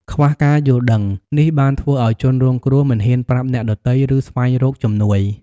ខ្វះការយល់ដឹងនេះបានធ្វើឱ្យជនរងគ្រោះមិនហ៊ានប្រាប់អ្នកដទៃ ឬស្វែងរកជំនួយ។